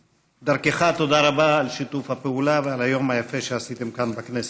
דרכו: תודה רבה על שיתוף הפעולה ועל היום היפה שעשיתם כאן בכנסת.